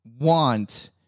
want